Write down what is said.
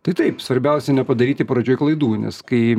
tai taip svarbiausia nepadaryti pradžioj klaidų nes kai